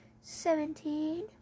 seventeen